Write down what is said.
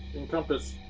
encompass